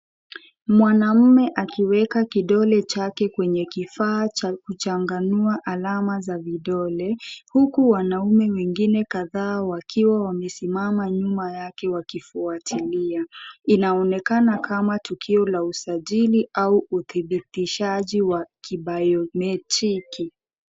Mwanamume akiweka kidole chake kwenye kifaa cha kuchanganua alama za vidole, huku wanaume wengine kadhaa wakiwa wamesimama nyuma yake wakifuatilia. Inaonekana kama tukio la usajili au uthibitishaji wa ki biometric .